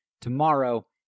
tomorrow